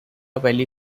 valley